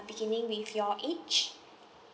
beginning with your age